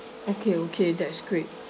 okay okay that's great